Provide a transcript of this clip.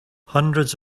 hundreds